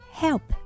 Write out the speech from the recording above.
help